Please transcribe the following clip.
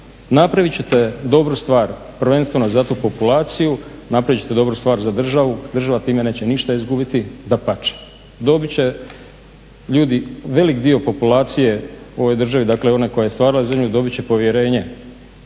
Napravit će te dobru stvar, prvenstveno za tu populaciju, napravit ćete dobru stvar za državu, država time neće ništa izgubiti, dapače dobit će, ljudi, velik dio populacije u ovoj državi, dakle ona koja je stvarala zemlju dobit će povjerenje